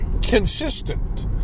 consistent